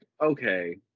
okay